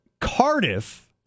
Cardiff